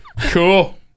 Cool